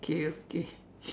okay okay